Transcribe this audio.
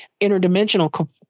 interdimensional